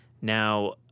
Now